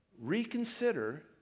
reconsider